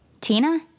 Tina